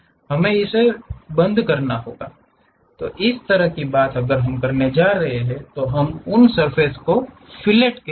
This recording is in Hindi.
हम इसे बंद करना चाहते हैं इस तरह की बात अगर हम करने जा रहे हैं तो हम उन सर्फ़ेस के फिलेट करते हैं